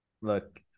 look